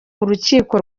urukiko